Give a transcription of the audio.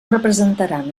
representaran